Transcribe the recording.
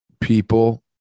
people